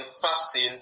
fasting